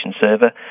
Server